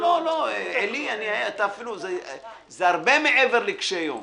זה הרבה מעבר לקשיי יום.